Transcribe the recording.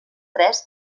tres